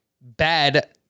bad